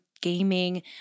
gaming